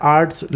Arts